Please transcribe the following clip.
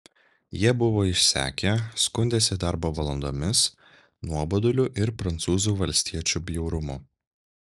jie buvo išsekę skundėsi darbo valandomis nuoboduliu ir prancūzų valstiečių bjaurumu